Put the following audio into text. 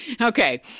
Okay